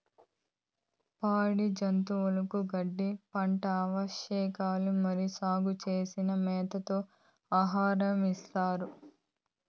పాడి జంతువులకు గడ్డి, పంట అవశేషాలు మరియు సాగు చేసిన మేతతో ఆహారం ఇస్తారు